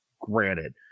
Granted